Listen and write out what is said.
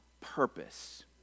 purpose